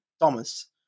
Thomas